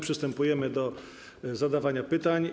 Przystępujemy do zadawania pytań.